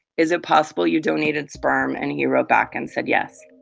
is it possible you donated sperm? and he wrote back and said yes.